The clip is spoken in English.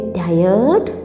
tired